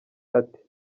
ati